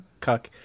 cuck